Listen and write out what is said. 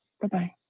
Bye-bye